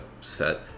set